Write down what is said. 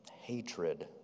hatred